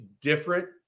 different